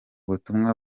butumwa